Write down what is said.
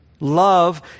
Love